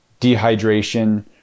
dehydration